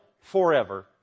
forever